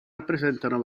rappresentano